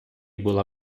була